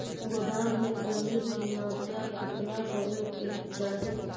गोदाम मे नमी की मात्रा कितना होबे के चाही?